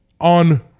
On